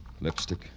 Lipstick